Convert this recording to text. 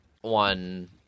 one